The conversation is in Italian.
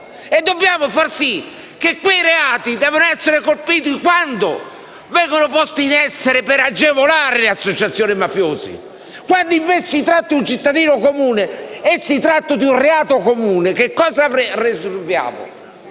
dobbiamo far sì che quei reati siano colpiti quando vengono posti in essere per agevolare le associazioni mafiose. Ma, quando si tratta di un cittadino comune e di un reato comune, che cosa risolviamo?